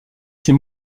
ces